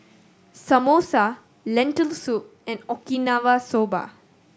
Samosa Lentil Soup and Okinawa Soba